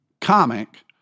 comic